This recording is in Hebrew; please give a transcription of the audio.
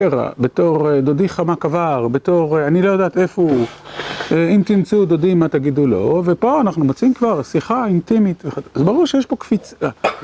בתור דודי חמק עבר, בתור אני לא יודעת איפה הוא, אם תמצאו דודי מה תגידו לו, ופה אנחנו מוצאים כבר שיחה אינטימית, אז ברור שיש פה קפיצה.